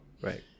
Right